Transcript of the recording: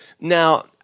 Now